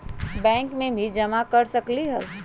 Bank में भी जमा कर सकलीहल?